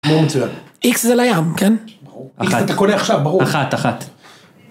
איקס זה לים כן? אתה קונה עכשיו ברור